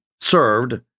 served